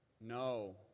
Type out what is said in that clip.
No